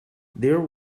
there